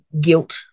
guilt